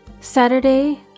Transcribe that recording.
Saturday